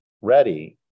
ready